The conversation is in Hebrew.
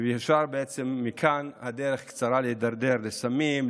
ומכאן הדרך קצרה להידרדר לסמים,